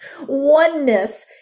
oneness